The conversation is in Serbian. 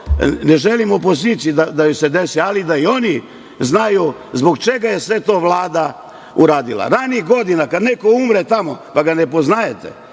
ne želim opoziciji da joj se desi, ali da i oni znaju zbog čega je sve to Vlada uradila. Ranijih godina kada neko umre tamo, pa ga ne poznajete,